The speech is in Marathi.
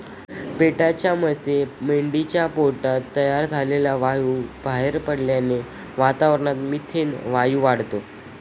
पेटाच्या मते मेंढीच्या पोटात तयार झालेला वायू बाहेर पडल्याने वातावरणात मिथेन वायू वाढतो